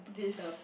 this